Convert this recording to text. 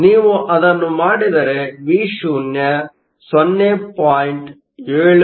ನೀವು ಅದನ್ನು ಮಾಡಿದರೆ Vo 0